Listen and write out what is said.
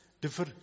differ